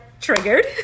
triggered